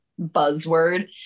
buzzword